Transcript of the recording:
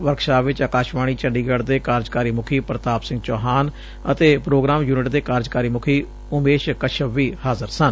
workshop ਵਿਚ ਅਕਾਸ਼ਵਾਣੀ ਚੰਡੀਗੜ ਦੇ ਕਾਰਜਕਾਰੀ ਮੁਖੀ ਪ੍ਰਤਾਪ ਸਿੰਘ ਚੌਹਾਨ ਅਤੇ ਪ੍ਰੋਗਰਾਮ ਯੁਨਿਟ ਦੇ ਕਾਰਜਕਾਰੀ ਮੁਖੀ ਉਮੇਸ਼ ਕਸੱਯਪ ਵੀ ਹਾਜ਼ਰ ਸਨ